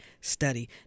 Study